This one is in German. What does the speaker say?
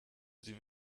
sie